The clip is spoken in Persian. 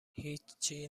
هیچچی